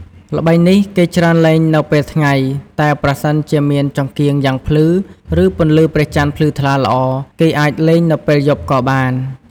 ល្បែងនេះគេច្រើនលេងនៅពេលថ្ងៃ តែប្រសិនជាមានចង្កៀងយ៉ាងភ្លឺ រឺ ពន្លឺព្រះចន្ទភ្លឺថ្លាល្អ គេអាចលេងនៅពេលយប់ក៏បាន។